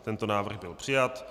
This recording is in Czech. Tento návrh byl přijat.